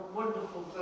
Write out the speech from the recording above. wonderful